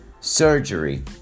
surgery